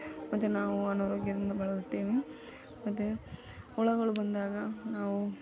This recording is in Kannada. ಮತ್ತು ನಾವು ಅನಾರೋಗ್ಯದಿಂದ ಬಳಲುತ್ತೇವೆ ಮತ್ತು ಹುಳಗಳು ಬಂದಾಗ ನಾವು